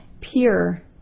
pure